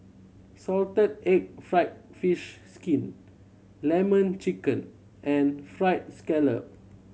salted egg fried fish skin Lemon Chicken and Fried Scallop